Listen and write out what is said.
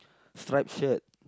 stripe shirt